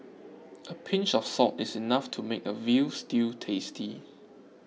a pinch of salt is enough to make a Veal Stew tasty